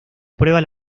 prueba